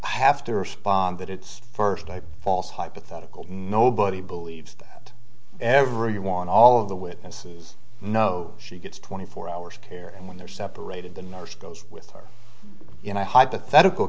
have to respond that it's first i false hypothetical nobody believes that everyone all of the witnesses know she gets twenty four hours care and when they're separated the nurse goes with her in a hypothetical